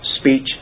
Speech